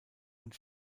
und